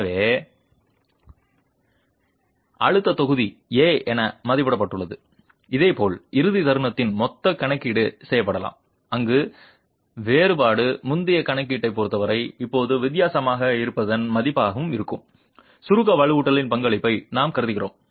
எனவே அழுத்தத் தொகுதி a என மதிப்பிடப்பட்டுள்ளது இதேபோல் இறுதி தருணத்தின் மொத்த கணக்கீடு செய்யப்படலாம் அங்கு வேறுபாடு முந்தைய கணக்கீட்டைப் பொறுத்தவரை இப்போது வித்தியாசமாக இருப்பதன் மதிப்பாக இருக்கும் சுருக்க வலுவூட்டலின் பங்களிப்பை நாம் கருதுகிறோம்